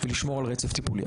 ולשמור על רצף טיפולי.